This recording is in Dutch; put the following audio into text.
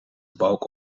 balk